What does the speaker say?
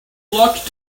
luck